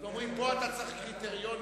ואומרים: פה אתה צריך קריטריונים.